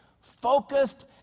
focused